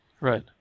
Right